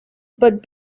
but